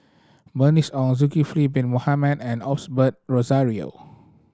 Bernice Ong Zulkifli Bin Mohamed and Osbert Rozario